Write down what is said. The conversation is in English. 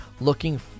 Looking